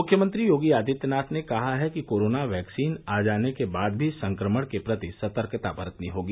मुख्यमंत्री योगी आदित्यनाथ ने कहा है कि कोरोना वैक्सीन आ जाने के बाद भी संक्रमण के प्रति सतर्कता बरतनी होगी